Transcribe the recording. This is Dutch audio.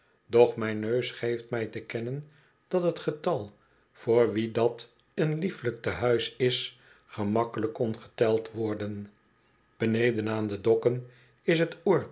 mijn neus geeft mi te kennen dat het getal voor wie dat een liefelijk te-huis is gemakkelijk kon geteld worden beneden aan de dokken is het